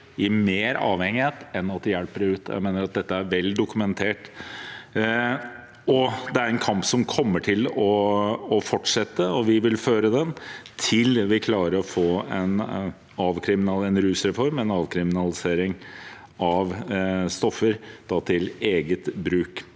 i mer avhengighet og ikke hjelper dem ut. Jeg mener at dette er vel dokumentert. Det er en kamp som kommer til å fortsette, og vi vil føre den til vi klarer å få en rusreform med avkriminalisering av stoff til eget bruk.